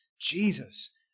Jesus